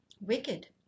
wicked